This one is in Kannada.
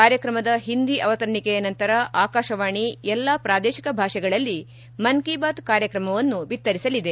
ಕಾರ್ಯಕ್ರಮದ ಹಿಂದಿ ಆವತರಣಿಕೆಯ ನಂತರ ಆಕಾಶವಾಣಿ ಎಲ್ಲ ಪ್ರಾದೇಶಿಕ ಭಾಷೆಗಳಲ್ಲಿ ಮನ್ ಕಿ ಬಾತ್ ಕಾರ್ಯಕ್ರಮವನ್ನು ಬಿತ್ತರಿಸಲಿದೆ